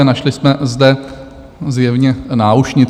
Našli jsme zde zjevně náušnici.